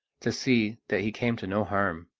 to see that he came to no harm.